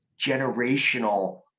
generational